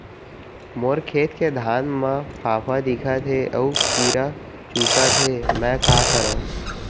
मोर खेत के धान मा फ़ांफां दिखत हे अऊ कीरा चुसत हे मैं का करंव?